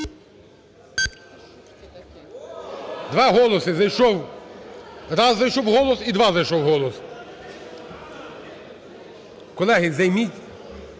Два голоси. Раз – зайшов голос і два – зайшов голос. Колеги, займіть,